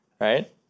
right